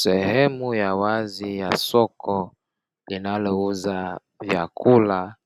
Sehemu ya wazi ya soko linalouza vyakula